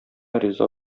риза